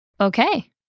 Okay